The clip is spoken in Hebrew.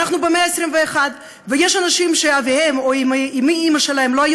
אנחנו במאה ה-21 ויש אנשים שאביהם או אימם לא היו